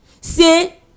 Say